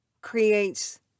creates